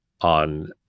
on